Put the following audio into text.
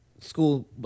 school